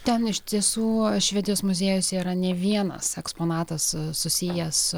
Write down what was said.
ten iš tiesų švedijos muziejuose yra ne vienas eksponatas susijęs